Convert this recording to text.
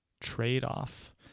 trade-off